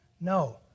No